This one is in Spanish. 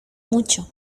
mucho